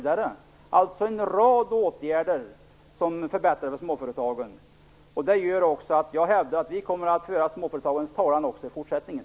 Det är en rad åtgärder som förbättrar för småföretagen. Det gör att jag hävdar att vi kommer att föra småföretagens talan också i fortsättningen.